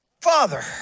father